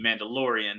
Mandalorian